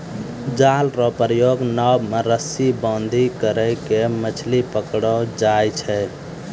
जाल रो प्रयोग नाव मे रस्सी बांधी करी के मछली पकड़लो जाय छै